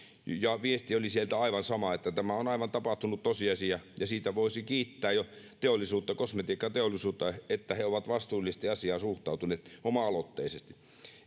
ja viesti oli sieltä aivan sama että tämä on tapahtunut tosiasia ja siitä voisi kiittää kosmetiikkateollisuutta että he ovat vastuullisesti asiaan suhtautuneet oma aloitteisesti